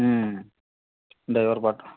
ಹ್ಞೂ ಡೈವರ್ ಬಾಟ